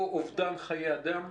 או אובדן חיי אדם,